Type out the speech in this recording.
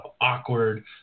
awkward